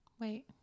Wait